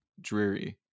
dreary